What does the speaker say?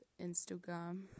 Instagram